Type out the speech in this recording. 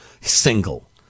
Single